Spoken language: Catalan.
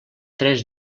tres